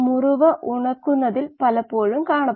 fed batch പ്രവർത്തനം